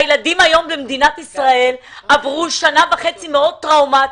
הילדים במדינת ישראל עברו שנה וחצי טראומטיים,